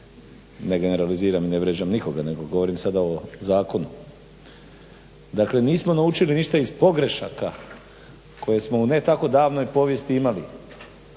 Ne generaliziram i ne vrijeđam nikoga nego govorim sada o zakonu. Dakle nismo naučili ništa iz pogrešaka koje smo u ne tako davnoj povijesti imali